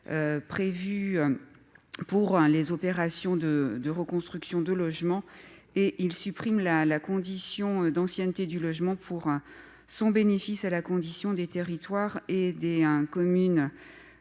prévue aux opérations de reconstruction de logements et à supprimer la condition d'ancienneté du logement pour son bénéfice, à la condition que les territoires et communes